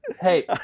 Hey